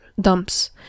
dumps